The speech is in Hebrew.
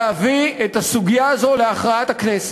להביא את הסוגיה הזו להכרעת הכנסת.